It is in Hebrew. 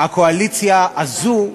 הקואליציה הזאת,